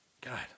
God